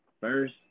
first